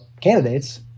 candidates